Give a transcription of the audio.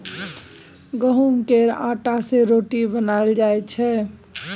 गहुँम केर आँटा सँ रोटी बनाएल जाइ छै